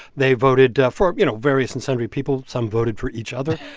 they voted ah for you know various and sundry people. some voted for each other.